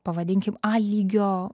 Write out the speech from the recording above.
pavadinkim a lygio